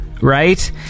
Right